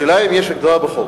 אבל השאלה היא אם יש הגדרה בחוק.